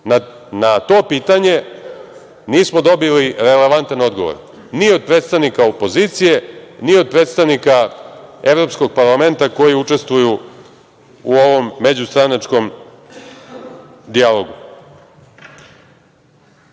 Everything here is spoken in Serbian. Na to pitanje nismo dobili relevantan odgovor ni od predstavnika opozicije, ni od predstavnika Evropskog parlamenta koji učestvuju u ovom međustranačkom dijalogu. Vezano